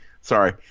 Sorry